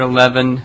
Eleven